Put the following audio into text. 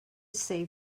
save